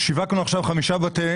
שיווקנו עכשיו חמישה בתי